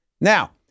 Now